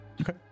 Okay